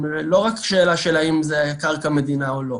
לא רק שאלה של אם זה קרקע מדינה או לא.